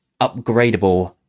upgradable